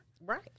Right